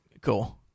cool